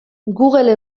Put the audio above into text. google